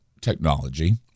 technology